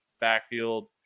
backfield